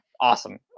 awesome